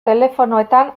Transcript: telefonoetan